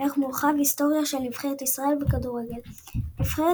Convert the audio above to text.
ערך מורחב – היסטוריה של נבחרת ישראל בכדורגל נבחרת